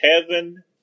heaven